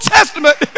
Testament